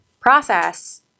process